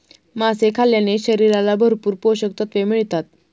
मासे खाल्ल्याने शरीराला भरपूर पोषकतत्त्वे मिळतात